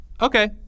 Okay